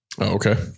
Okay